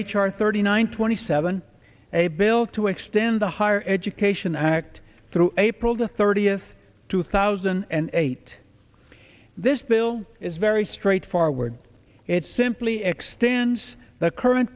r thirty nine twenty seven a bill to extend the higher education act through april the thirtieth two thousand and eight this bill is very straightforward it simply extends the current